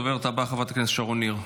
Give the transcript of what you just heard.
הדוברת הבאה, שרון ניר,